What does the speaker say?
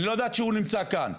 אני לא ידעתי שהוא נמצא כאן,